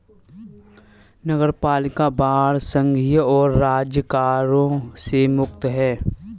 नगरपालिका बांड संघीय और राज्य करों से मुक्त हैं